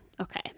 Okay